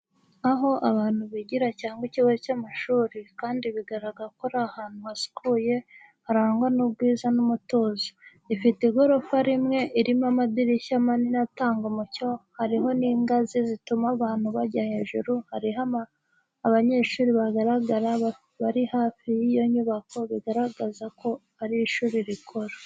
Aho abantu bigira cyangwa ikigo cy'amashuri, kandi bigaragara ko ari ahantu hasukuye, harangwa n'ubwiza n'umutuzo. Ifite igorofa rimwe, irimo amadirishya manini atanga umucyo hariho n’ingazi zituma abantu bajya hejuru hari abanyeshuri bagaragara bari hafi y'iyo nyubako bigaragaza ko iri shuri rikora.